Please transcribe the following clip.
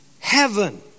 heaven